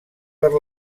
per